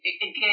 Again